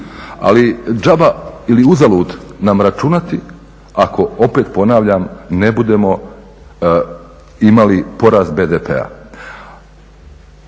Ali đaba ili uzalud nam računati ako, opet ponavljam, ne budemo imali porast BDP-a.